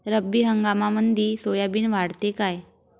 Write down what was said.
रब्बी हंगामामंदी सोयाबीन वाढते काय?